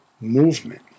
movement